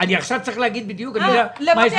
אני רוצה בדיקה משפטית של איפה זה עומד מבחינת בית הדין לעבודה